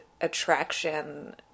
attraction